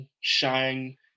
shine